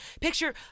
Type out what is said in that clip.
picture